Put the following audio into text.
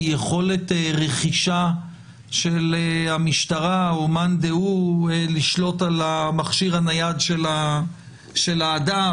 יכולת רכישה של המשטרה או מאן דהוא לשלוט על המכשיר הנייד של האדם,